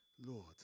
Lord